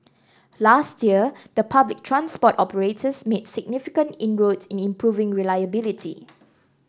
last year the public transport operators made significant inroads in improving reliability